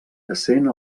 essent